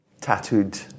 tattooed